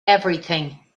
everything